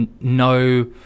no